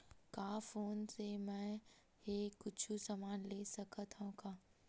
का फोन से मै हे कुछु समान ले सकत हाव का?